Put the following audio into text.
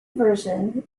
version